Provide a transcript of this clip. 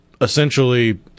essentially